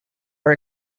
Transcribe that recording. are